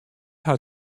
hat